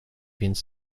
więc